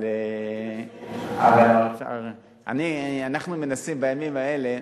אבל אנחנו מנסים בימים האלה,